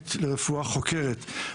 לאומית לרפואה חוקרת.